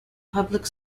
public